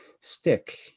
stick